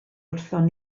wrthon